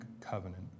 covenant